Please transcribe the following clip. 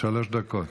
שלוש דקות.